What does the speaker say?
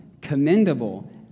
commendable